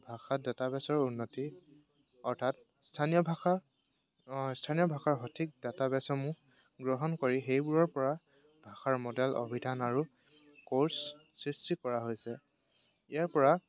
ভাষাত ডাটা বেছৰ উন্নতি অৰ্থাৎ স্থানীয় ভাষা স্থানীয় ভাষাৰ সঠিক ডাটা বেছসমূহ গ্ৰহণ কৰি সেইবোৰৰ পৰা ভাষাৰ মডেল অভিধান আৰু ক'ৰ্ছ সৃষ্টি কৰা হৈছে ইয়াৰ পৰা